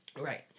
Right